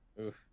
Oof